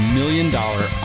million-dollar